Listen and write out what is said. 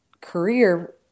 career